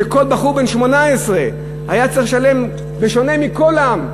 שכל בחור בן 18 היה צריך לשלם בשונה מכולם,